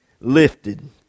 lifted